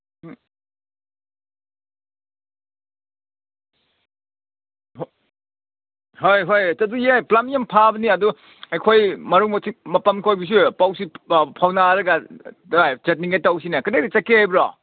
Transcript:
ꯎꯝ ꯍꯣꯏ ꯍꯣꯏ ꯑꯗꯨ ꯌꯥꯏ ꯄ꯭ꯂꯥꯟ ꯌꯥꯝ ꯐꯕꯅꯤ ꯑꯗꯨ ꯑꯩꯈꯣꯏ ꯃꯔꯨꯞ ꯃꯄꯥꯡ ꯀꯣꯏꯕꯁꯤ ꯄꯥꯎꯁꯤ ꯐꯥꯎꯅꯔꯒ ꯗ꯭ꯔꯥꯏꯚ ꯆꯠꯅꯤꯡꯉꯥꯏ ꯇꯧꯁꯤꯅꯦ ꯀꯗꯥꯏꯗ ꯆꯠꯀꯦ ꯍꯥꯏꯕ꯭ꯔꯣ